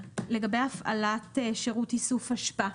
לגבי הפעלת שירות איסוף אשפה,